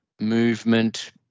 movement